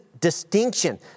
distinction